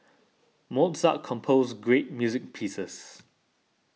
Mozart composed great music pieces